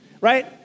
right